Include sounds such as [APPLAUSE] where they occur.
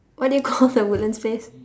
what do you call [LAUGHS] the woodlands place